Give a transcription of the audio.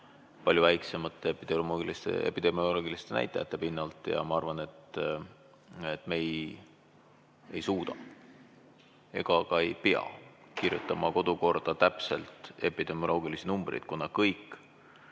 palju väiksemate epidemioloogiliste näitajate pinnalt ja ma arvan, et me ei suuda kirjutada ega pea kirjutama kodukorda täpselt epidemioloogilisi numbreid, kuna kõik